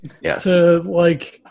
Yes